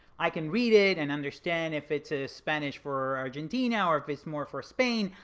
i can read it and understand if it's a spanish for argentina, or if it's more for spain,